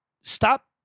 stop